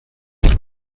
ist